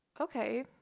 Okay